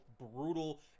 brutal